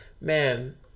Man